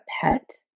pet